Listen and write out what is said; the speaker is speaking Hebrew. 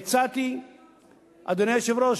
אדוני היושב-ראש,